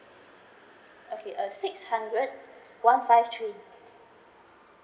okay uh six hundred one five three